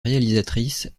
réalisatrice